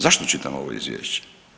Zašto čitamo ovo izvješće?